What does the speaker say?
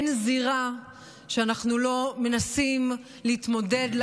אין זירה שאנחנו לא מנסים להתמודד בה,